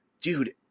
Dude